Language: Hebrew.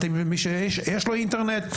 מתאים למי שיש לו אינטרנט,